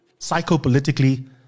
psychopolitically